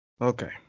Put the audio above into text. Okay